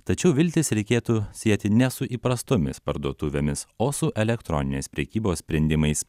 tačiau viltis reikėtų sieti ne su įprastomis parduotuvėmis o su elektroninės prekybos sprendimais